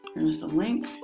here's the link